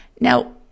Now